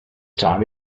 time